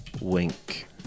wink